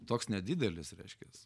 toks nedidelis reiškias